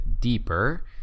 deeper